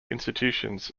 institutions